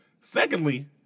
Secondly